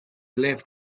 left